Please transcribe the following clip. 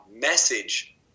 message